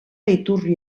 iturri